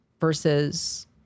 versus